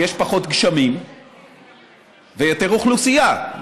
כי יש פחות גשמים ויותר אוכלוסייה.